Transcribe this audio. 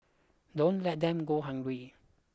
don't let them go hungry